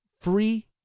free